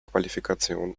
qualifikation